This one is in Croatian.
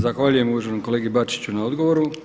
Zahvaljujem uvaženom kolegi Bačiću na odgovoru.